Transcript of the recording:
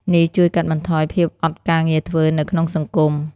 នេះជួយកាត់បន្ថយភាពអត់ការងារធ្វើនៅក្នុងសង្គម។